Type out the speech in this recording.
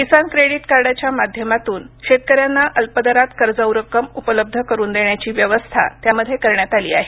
किसान credit कार्डच्या माध्यमातून शेतकऱ्यांना अल्प दरात कर्जाऊ रक्कम उपलब्ध करून देण्याची व्यवस्था त्यामध्ये करण्यात आली आहे